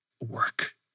work